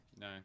No